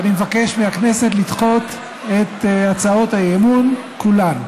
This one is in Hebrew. ואני מבקש מהכנסת לדחות את הצעות האי-אמון כולן.